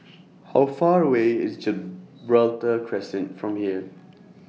How Far away IS Gibraltar Crescent from here